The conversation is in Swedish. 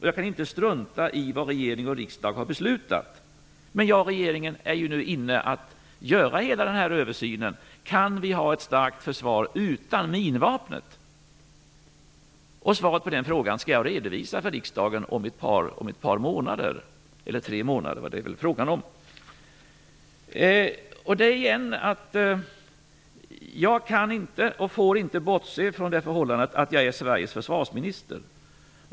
Jag kan inte strunta i vad regering och riksdag har beslutat. Men jag och regeringen är nu inne på att göra hela den här översynen: Kan vi ha ett starkt försvar utan minvapnet? Svaret på den frågan skall jag redovisa för riksdagen om tre månader. Jag kan inte och får inte bortse från det förhållandet att jag är Sveriges försvarsminister.